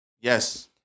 Yes